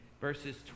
verses